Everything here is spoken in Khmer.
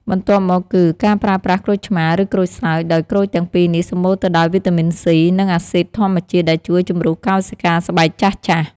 បន្ទាប់មកគឺ ការប្រើប្រាស់ក្រូចឆ្មារ ឬក្រូចសើច ដោយក្រូចទាំងពីរនេះសម្បូរទៅដោយវីតាមីន សុី (C) និងអាស៊ីដធម្មជាតិដែលជួយជម្រុះកោសិកាស្បែកចាស់ៗ។